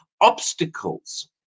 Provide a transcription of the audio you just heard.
obstacles